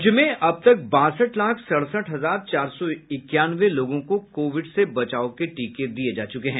राज्य में अब तक बासठ लाख सड़सठ हजार चार सौ इक्यानवे लोगों को कोविड से बचाव के टीके दिये जा चुके हैं